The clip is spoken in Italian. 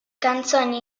canzoni